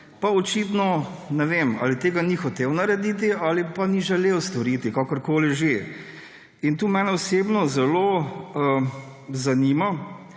Pa očitno, ne vem, ali tega ni hotel narediti ali pa ni želel storiti. Kakorkoli že. Tu mene osebno zelo zanima,